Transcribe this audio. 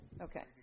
Okay